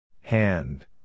Hand